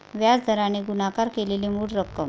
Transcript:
व्याज दराने गुणाकार केलेली मूळ रक्कम